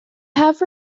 have